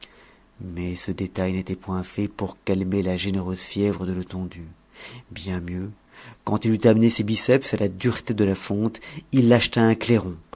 mais ce détail n'était point fait pour calmer la généreuse fièvre de letondu bien mieux quand il eut amené ses biceps à la dureté de la fonte il acheta un clairon